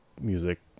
music